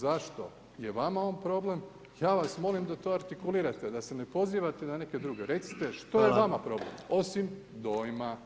Zašto je vama on problem, ja vas molim da to artikulirate, da se ne pozivate na neke druge recito što je vama problem, osim dojma.